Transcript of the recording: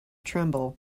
tremble